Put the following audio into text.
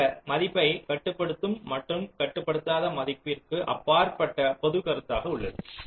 இது மதிப்பைக் கட்டுப்படுத்தும் மற்றும் கட்டுப்படுத்தாத மதிப்பிற்க்கு அப்பாற்பட்ட பொதுக் கருத்தாக உள்ளது